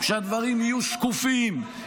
שהדברים יהיו שקופים,